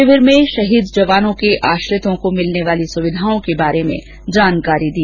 शिविर में शहीद जवानों के आश्रितों को मिलने वाली सुविधाओं के बारे में जानकारी दी